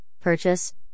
purchase